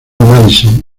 madison